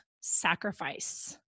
sacrifice